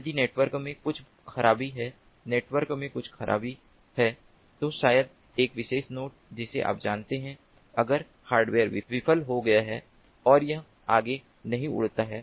यदि नेटवर्क में कुछ खराबी हैनेटवर्क में कुछ खराबी है तो शायद एक विशेष नोड जिसे आप जानते हैं अगर हार्डवेयर विफल हो गया है और यह आगे नहीं उड़ता है